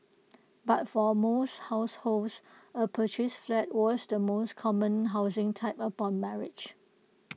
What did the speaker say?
but for most households A purchased flat was the most common housing type upon marriage